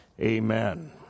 Amen